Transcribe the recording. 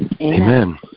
Amen